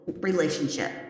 relationship